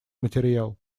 материал